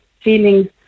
feeling